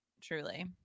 Truly